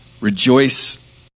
rejoice